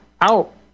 out